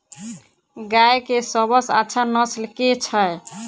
गाय केँ सबसँ अच्छा नस्ल केँ छैय?